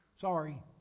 Sorry